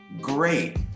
great